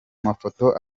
mafoto